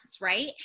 right